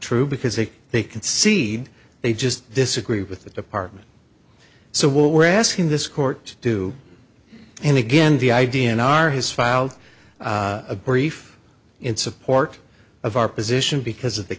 true because they they can see they just disagree with the department so what we're asking this court to and again the idea in our his filed a brief in support of our position because of the